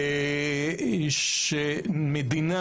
מדינה